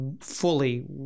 fully